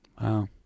Wow